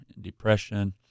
depression